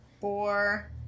Four